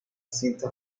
cinta